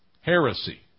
Heresy